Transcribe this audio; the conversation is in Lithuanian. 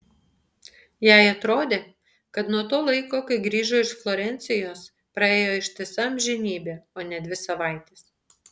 jai atrodė kad nuo to laiko kai grįžo iš florencijos praėjo ištisa amžinybė o ne dvi savaitės